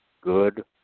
good